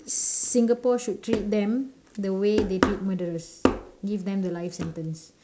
Singapore should treat them the way they treat the murderers give them the life sentence